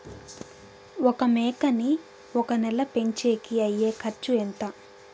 ఒక మేకని ఒక నెల పెంచేకి అయ్యే ఖర్చు ఎంత?